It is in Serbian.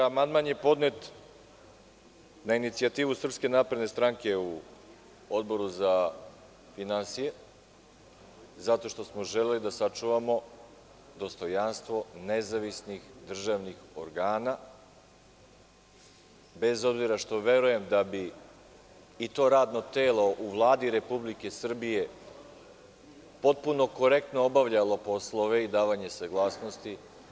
Inače, amandman je podnet na inicijativu SNS u Odboru za finansije zato što smo želeli da sačuvamo dostojanstvo nezavisnih državnih organa bez obzira što verujem da bi i to radno telo u Vladi Republike Srbije potpuno korektno obavljalo poslove i davanje saglasnosti.